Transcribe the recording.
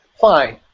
fine